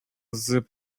zip